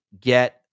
get